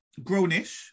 Grownish